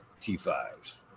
T5s